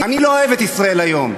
אני לא אוהב את "ישראל היום",